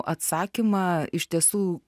atsakymą iš tiesų